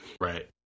Right